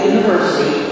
University